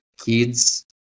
kids